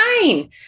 fine